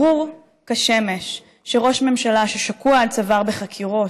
ברור כשמש שראש ממשלה ששקוע עד צוואר בחקירות,